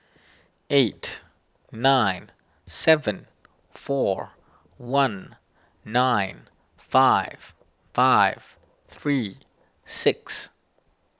eight nine seven four one nine five five three six